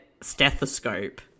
stethoscope